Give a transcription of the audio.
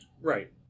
Right